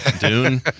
Dune